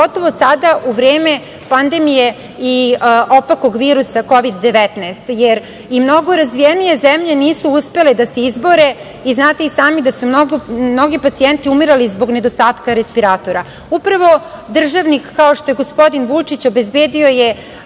pogotovo sada u vreme pandemije i opakog virusa KOVID-19, jer i mnogo razvijenije zemlje nisu uspele da se izbore i znate i sami da su mnogi pacijenti umirali zbog nedostatka respiratora. Upravo državnik, kao što je gospodin Vučić obezbedio je